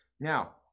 Now